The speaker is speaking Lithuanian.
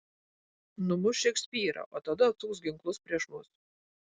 numuš šekspyrą o tada atsuks ginklus prieš mus